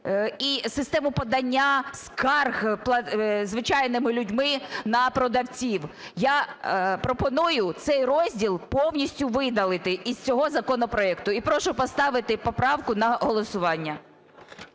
і систему подання скарг звичайними людьми на продавців. Я пропоную цей розділ повністю видалити із цього законопроекту і прошу поставити поправку на голосування.